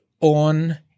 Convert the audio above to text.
on